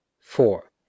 four